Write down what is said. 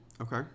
Okay